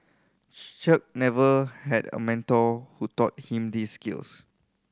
Chung never had a mentor who taught him these skills